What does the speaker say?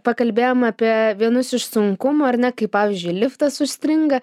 pakalbėjom apie vienus iš sunkumų ar ne kaip pavyzdžiui liftas užstringa